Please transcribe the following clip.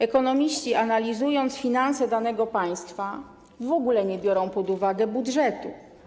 Ekonomiści, analizując finanse danego państwa, w ogóle nie biorą pod uwagę budżetu.